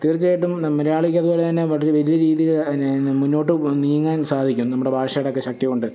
തീർച്ചയായിട്ടും മലയാളികൾ പോലയന്നേ വടുക വലിയ രീതിയിൽ അതിനെ മുന്നോട്ടു നീങ്ങാൻ സാധിക്കും ഭാഷയുടെയൊക്കെ ശക്തികൊണ്ട്